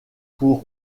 pour